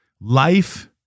Life